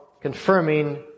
confirming